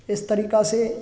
इस तरीक़े से